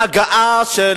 בעיקר בהגעה של